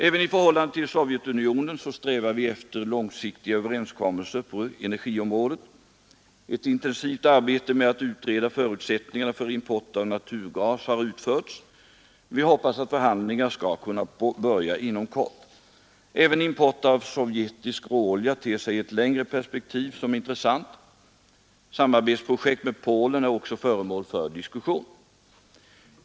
Även i förhållande till Sovjetunionen strävar vi efter långsiktiga överenskommelser på energiområdet. Ett intensivt arbete med att utreda förutsättningarna för import av naturgas har utförts. Vi hoppas att förhandlingar skall kunna börja inom kort. Även import av sovjetisk råolja ter sig i ett längre perspektiv som intressant. Samarbetsprojekt med Polen är också föremål för diskussion.